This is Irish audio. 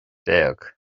déag